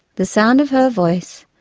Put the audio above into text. the sound of her voice,